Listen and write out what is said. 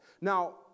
Now